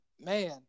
Man